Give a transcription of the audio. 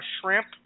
shrimp